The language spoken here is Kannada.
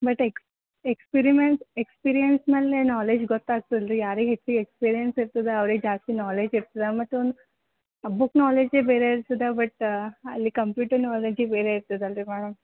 ಬಟ್ ಎಕ್ಸ್ ಎಕ್ಸ್ಪೀರಿಮೆಂಟ್ ಎಕ್ಸ್ಪೀರಿಯನ್ಸ್ ಮೇಲೆ ನಾಲೇಜ್ ಗೊತ್ತಾಗ್ತಲ್ಲ ರಿ ಯಾರಿಗೆ ಹೆಚ್ಚು ಎಕ್ಸ್ಪೀರಿಯನ್ಸ್ ಇರ್ತದೆ ಅವ್ರಿಗೆ ಜಾಸ್ತಿ ನಾಲೇಜ್ ಇರ್ತದೆ ಮತ್ತೊಂದು ಬುಕ್ ನಾಲೇಜೇ ಬೇರೆ ಇರ್ತದೆ ಬಟ್ ಅಲ್ಲಿ ಕಂಪ್ಯೂಟರ್ ನಾಲೇಜೇ ಬೇರೆ ಇರ್ತದಲ್ಲ ರಿ ಮೇಡಮ್